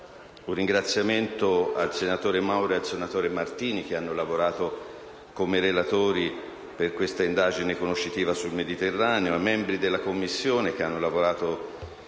un ringraziamento a lui e al senatore Martini, che hanno lavorato come relatori all'indagine conoscitiva sul Mediterraneo, ai membri della 14a Commissione, che hanno lavorato